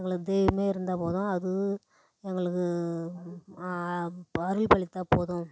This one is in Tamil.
எங்களுக்கு தெய்வமே இருந்தால் போதும் அது எங்களுக்கு அருள் பாலித்தால் போதும்